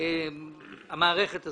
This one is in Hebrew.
מחוץ למערכת הזאת,